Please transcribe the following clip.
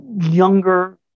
younger